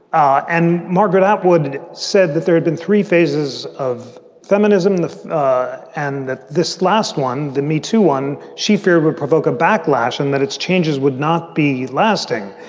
ah and margaret atwood said that there had been three phases of feminism and that this last one, the me to one she feared would provoke a backlash and that its changes would not be lasting.